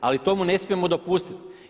Ali to mu ne smijemo dopustiti.